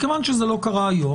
מכיוון שזה לא קרה היום,